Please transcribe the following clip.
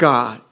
God